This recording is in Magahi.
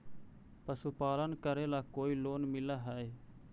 पशुपालन करेला कोई लोन मिल हइ?